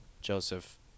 Joseph